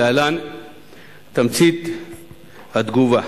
ולהלן תמצית תגובתה: